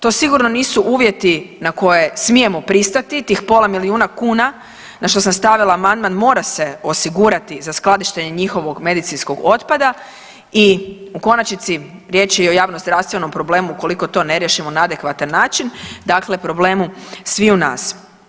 To sigurno nisu uvjeti na koje smijemo pristati, tih pola milijuna kuna, na što sam stavila amandman mora se osigurati za skladištenje njihovog medicinskog otpada i u konačnici riječ je o javnozdravstvenom problemu ukoliko to ne riješimo na adekvatan način, dakle problemu sviju nas.